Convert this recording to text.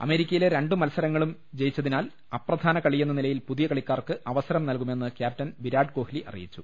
അമേ രിക്കയിലെ രണ്ടു മത്സരങ്ങളും ജയിച്ചതിനാൽ അപ്രധാന കളി യെന്ന നിലയിൽ പുതിയ കളിക്കാർക്ക് അവസരം നൽകുമെന്ന് ക്യാപ്റ്റൻ വിരാട് കോഹ്ലി അറിയിച്ചു